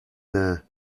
there